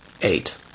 eight